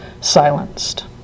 silenced